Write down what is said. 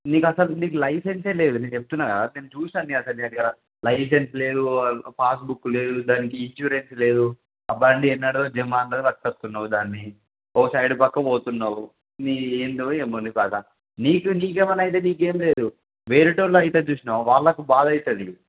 నీకు అసలు నీకు లైసెన్సే లేదు నేను చెప్తున్నాను కదా నేను చూసాను అసలు నీదగ్గర లైసెన్స్ లేదు పాస్బుక్ లేదు దానికి ఇన్షూరెన్స్ లేదు ఆ బండి ఎన్నడో జరిమానా కట్టుకొస్తునవ్ దాన్ని ఓ సైడ్ పక్క పోతున్నావ్ నీ ఏంటో ఏముందో కదా నీకు నీకేమైనా అయితే నీకేం లేదు వేరేవాళ్ళకి అయితే చూసావ్ వాళ్ళకి బాధ అవుతుంది